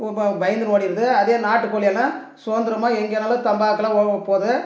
ஓ பாவம் பயந்துன்னு ஓடிடுது அதே நாட்டுக்கோழி எல்லாம் சுகந்திரமாக எங்கேணாலும் தன்பாக்குல ஓ போகுது